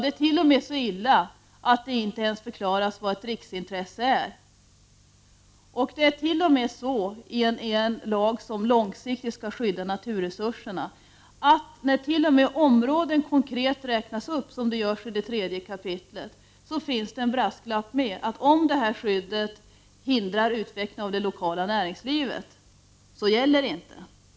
Det är t.o.m. så illa att det inte ens förklaras vad ett riksintresse är. I en lag som långsiktigt skall skydda naturresurserna finns det — t.o.m. när områden konkret räknas upp, vilket görs i det tredje kapitlet — en brasklapp, i vilken det sägs att om det här skyddet hindrar utvecklingen av det lokala näringslivet gäller det inte.